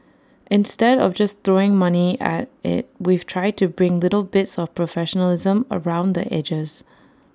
instead of just throwing money at IT we've tried to bring little bits of professionalism around the edges